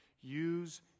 use